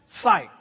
site